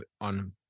on